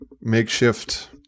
makeshift